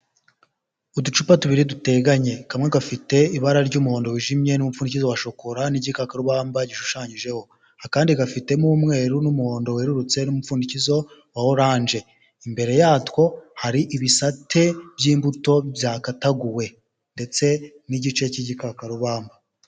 Uducupa tubiri duteganye, kamwe gafite ibara ry'umuhondo wijimye n'umupfunyikizo wa shokora n'igikabamba gishushanyijeho, akandi gafitemo umweru n'umuhondo werurutse n'umupfundikizo wa oranje, imbere yatwo hari ibisate by'imbuto byakataguwe ndetse n'igice cy'igikakarubamba.